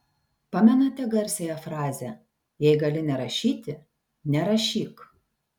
pamenate garsiąją frazę jei gali nerašyti nerašyk